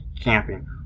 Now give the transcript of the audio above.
camping